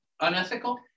unethical